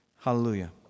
Hallelujah